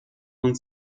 non